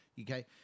okay